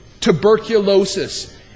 tuberculosis